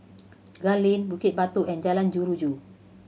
Gul Lane Bukit Batok and Jalan Jeruju